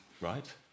right